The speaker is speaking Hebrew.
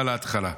על ההתחלה.